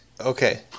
Okay